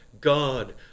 God